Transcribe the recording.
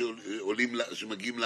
התחרות בשירותים הבנקאיים והפיננסיים